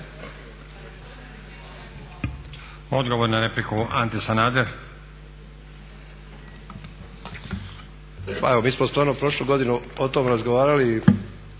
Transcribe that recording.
**Sanader, Ante (HDZ)** Pa evo mi smo stvarno prošlu godinu o tom razgovarali,